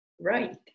right